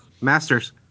Masters